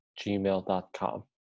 gmail.com